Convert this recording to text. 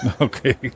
Okay